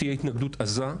שתהיה לו התנגדות עזה.